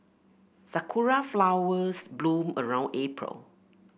sakura flowers bloom around April